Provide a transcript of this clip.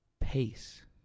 Pace